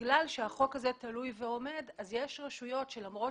שבגלל שהצעת החוק הזאת תלויה ועומדת אז יש רשויות שלמרות